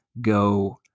go